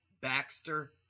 Baxter